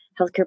healthcare